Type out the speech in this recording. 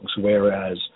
whereas